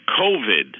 COVID